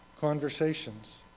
conversations